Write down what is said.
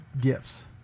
gifts